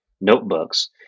notebooks